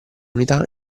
unità